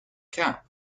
cap